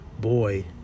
boy